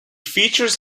features